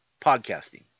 podcasting